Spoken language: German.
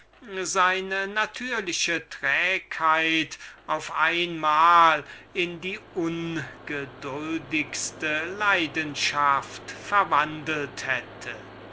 seine natürliche trägheit auf einmal in die ungeduldigste leidenschaft verwandelt hätte